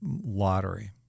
lottery